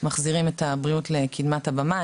מחזירים את הבריאות לקדמת הבמה.